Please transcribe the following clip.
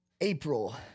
April